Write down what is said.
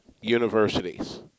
universities